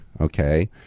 Okay